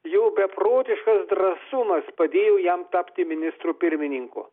jo beprotiškas drąsumas padėjo jam tapti ministru pirmininku